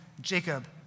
Jacob